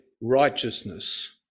righteousness